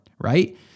right